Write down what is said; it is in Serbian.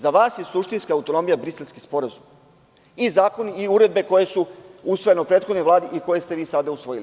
Za vas je suštinska autonomija Briselski sporazum i zakon i uredbe koje su usvojene u prethodnoj Vladi i koje ste vi sada usvojili.